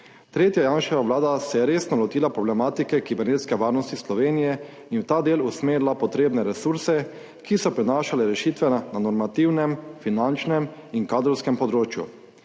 Tretja Janševa vlada se je resno lotila problematike kibernetske varnosti Slovenije in v ta del usmerila potrebne resurse, ki so prinašali rešitve na normativnem, finančnem in kadrovskem področju.